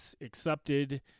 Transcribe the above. accepted